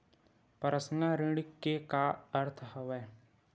Personal ऋण के का अर्थ हवय?